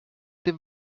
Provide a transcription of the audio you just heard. dem